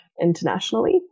internationally